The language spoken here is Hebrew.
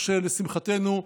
לשמחתנו,